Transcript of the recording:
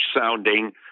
sounding